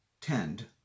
tend